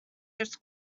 drifts